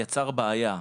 יצר בעיה.